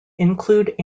include